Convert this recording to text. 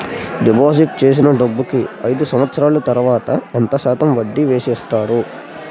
Deposit చేసిన డబ్బుకి అయిదు సంవత్సరాల తర్వాత ఎంత శాతం వడ్డీ వేసి ఇస్తారు?